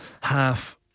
half